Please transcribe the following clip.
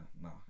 no